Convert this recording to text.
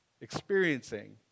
experiencing